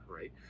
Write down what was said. right